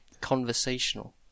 conversational